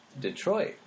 Detroit